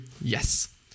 Yes